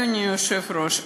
אדוני היושב-ראש,